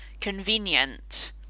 convenient